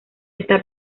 está